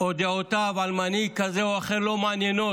או דעותיו על מנהיג כזה או אחר לא מעניינות.